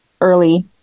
Early